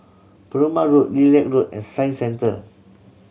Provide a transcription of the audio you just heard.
Perumal Road Lilac Road and Science Centre